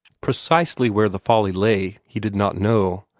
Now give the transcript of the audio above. precisely where the folly lay he did not know,